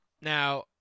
Now